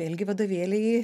ilgi vadovėliai